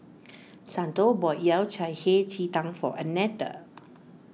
Santo bought Yao Cai Hei Ji Tang for Annetta